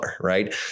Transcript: right